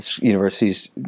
Universities